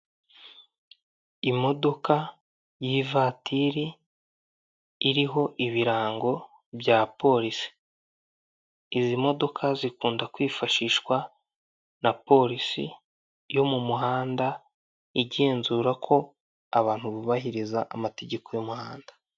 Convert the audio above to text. Imodoka y'ivatiri iriho ibirango bya polisi. Izi modoka zikunda kwifashishwa na polisi yo mu muhanda, igenzura ko abantu bubahiriza amategeko y'umuhanda.